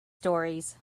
stories